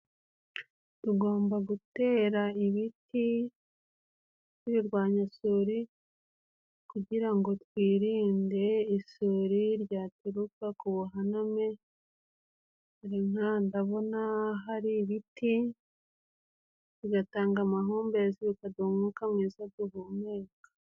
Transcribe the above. Tugomba gutera ibiti, tubirwanya isuri kugirango twirinde isuri ryaturuka ku buhaname. Dore nk'aha ndabona hari ibiti, bigatanga amahumbezi bikaduha umwuka mwiza duhumeka.